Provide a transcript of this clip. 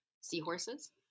seahorses